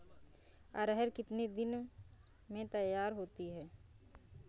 अरहर कितनी दिन में तैयार होती है?